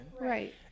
Right